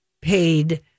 paid